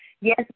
Yes